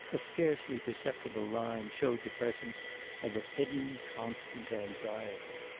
a scarcely perceptible line showed the presence of a hidden constant anxiety.